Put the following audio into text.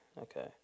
Okay